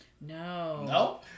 No